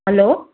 hello